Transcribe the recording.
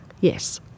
Yes